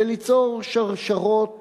וליצור שרשרות